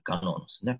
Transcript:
kanonus ne